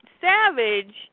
Savage